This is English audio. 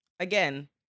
Again